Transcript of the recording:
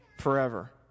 forever